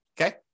okay